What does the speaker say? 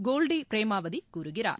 கோல்டி பிரேமாவதி கூறுகிறார்